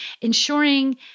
Ensuring